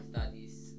studies